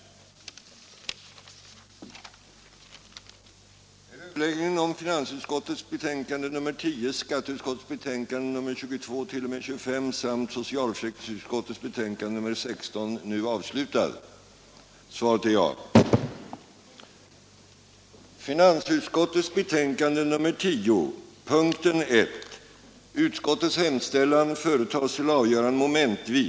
ning gav följande resultat: